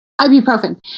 ibuprofen